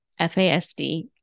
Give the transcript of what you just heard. FASD